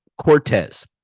Cortez